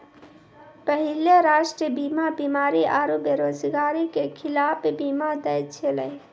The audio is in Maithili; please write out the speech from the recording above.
पहिले राष्ट्रीय बीमा बीमारी आरु बेरोजगारी के खिलाफ बीमा दै छलै